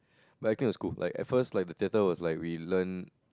but acting was good like at first the theatre was like we learn